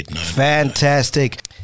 Fantastic